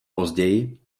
později